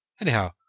Anyhow